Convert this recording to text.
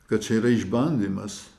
kad čia yra išbandymas